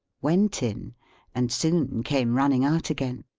went in and soon came running out again.